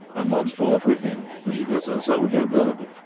and once fought with him. he was a soldier good,